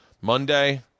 Monday